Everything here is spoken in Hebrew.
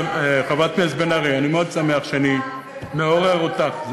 חברת הכנסת בן ארי, אני מאוד שמח שאני מעורר אותך.